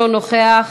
אינו נוכח,